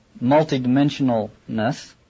multi-dimensionalness